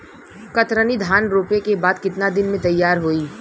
कतरनी धान रोपे के बाद कितना दिन में तैयार होई?